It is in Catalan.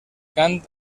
cant